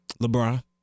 LeBron